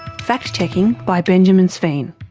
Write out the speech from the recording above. fact checking by benjamin sveen.